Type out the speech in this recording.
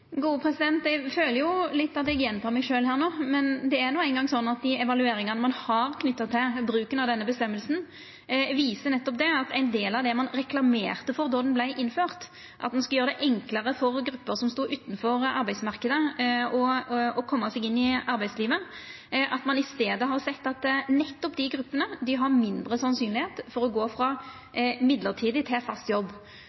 Eg føler at eg gjentek meg sjølv her no, men det er no eingong slik at dei evalueringane ein har knytte til bruken av denne bestemminga, viser at ein i staden for ein del av det ein reklamerte for då bestemminga vart innført, nemleg at ein skulle gjera det enklare for grupper som stod utanfor arbeidsmarknaden, å koma seg inn i arbeidslivet, har sett at nettopp dei gruppene har mindre sannsynlegheit for å gå frå